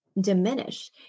diminish